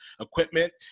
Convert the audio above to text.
equipment